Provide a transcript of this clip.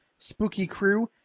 spookycrew